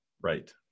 Right